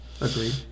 Agreed